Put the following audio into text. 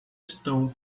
estão